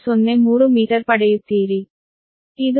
03 ಮೀಟರ್ನಂತೆಯೇ ಇದೆ